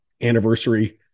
anniversary